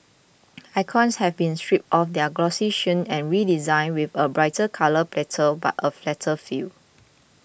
icons have been stripped of their glossy sheen and redesigned with a brighter colour palette but a flatter feel